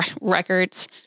records